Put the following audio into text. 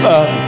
up